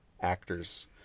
actors